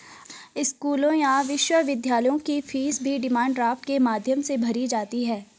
स्कूलों या विश्वविद्यालयों की फीस भी डिमांड ड्राफ्ट के माध्यम से भरी जाती है